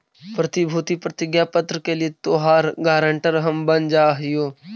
प्रतिभूति प्रतिज्ञा पत्र के लिए तोहार गारंटर हम बन जा हियो